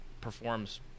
performs